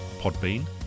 Podbean